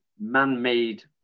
man-made